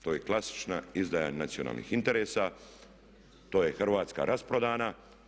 To je klasična izdaja nacionalnih interesa, to je Hrvatska rasprodana.